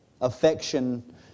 affection